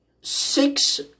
six